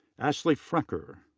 ashleigh frecker.